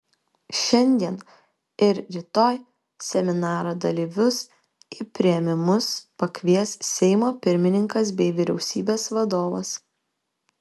šiandien ir rytoj seminaro dalyvius į priėmimus pakvies seimo pirmininkas bei vyriausybės vadovas